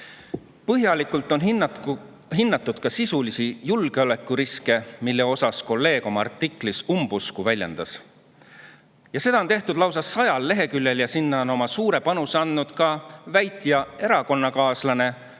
Põhjalikult on hinnatud ka sisulisi julgeolekuriske, mille suhtes kolleeg oma artiklis umbusku väljendas. Seda on tehtud lausa 100 leheküljel ja sinna on suure panuse andnud ka väitja erakonnakaaslane,